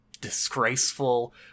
disgraceful